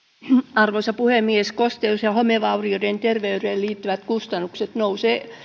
arvoisa puhemies kosteus ja homevaurioiden terveyteen liittyvät kustannukset nousevat